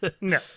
No